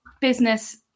business